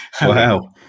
Wow